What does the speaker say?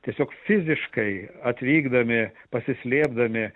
tiesiog fiziškai atvykdami pasislėpdami